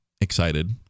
excited